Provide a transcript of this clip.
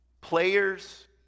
Players